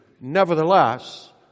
Nevertheless